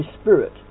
spirit